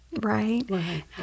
right